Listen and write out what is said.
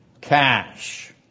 Cash